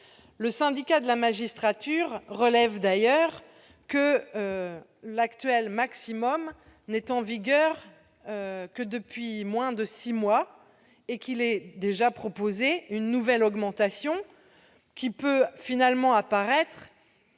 Le Syndicat de la magistrature relève d'ailleurs que le taux maximal actuel n'est en vigueur que depuis moins de six mois et qu'il est déjà proposé une nouvelle augmentation qui peut finalement apparaître